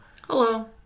hello